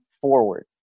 forward